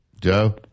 Joe